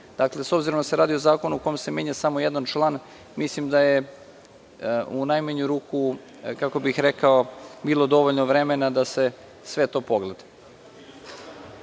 S obzirom da se radi o zakonu o kome se menja samo jedan član, mislim da je u najmanju ruku bilo dovoljno vremena da se sve to pogleda. Reč